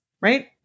right